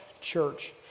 church